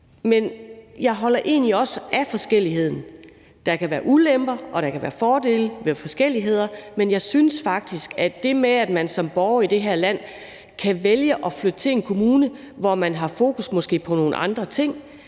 Men jeg holder egentlig også af forskelligheden. Der kan være ulemper, og der kan være fordele, være forskelligheder, men jeg synes faktisk, at det med, at man som borger i det her land kan vælge at flytte til en kommune, hvor man måske har fokus på nogle andre ting,